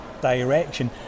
direction